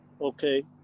Okay